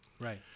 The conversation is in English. Right